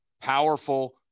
Powerful